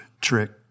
trick